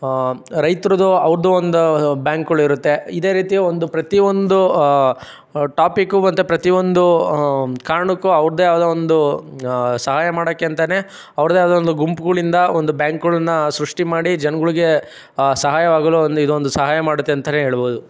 ರೈತ್ರದ್ದು ಅವ್ರದ್ದು ಒಂದು ಬ್ಯಾಂಕ್ಗಳಿರುತ್ತೆ ಇದೇ ರೀತಿ ಒಂದು ಪ್ರತಿಯೊಂದು ಟಾಪಿಕ್ಕು ಮತ್ತೆ ಪ್ರತಿಯೊಂದು ಕಾರಣಕ್ಕೂ ಅವ್ರದ್ದೇ ಆದ ಒಂದು ಸಹಾಯ ಮಾಡೋಕ್ಕೆ ಅಂತಲೇ ಅವ್ರದ್ದೇ ಆದ ಒಂದು ಗುಂಪುಗಳಿಂದ ಒಂದು ಬ್ಯಾಂಕ್ಗಳನ್ನು ಸೃಷ್ಟಿ ಮಾಡಿ ಜನಗಳಿಗೆ ಸಹಾಯವಾಗಲು ಒಂದು ಇದೊಂದು ಸಹಾಯ ಮಾಡುತ್ತೆ ಅಂತಲೇ ಹೇಳ್ಬೋದು